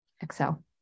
Excel